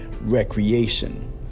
recreation